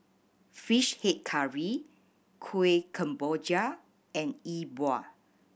Fish Head Curry Kuih Kemboja and Yi Bua